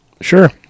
sure